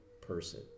person